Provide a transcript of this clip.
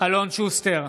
אלון שוסטר,